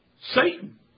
Satan